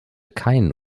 keinen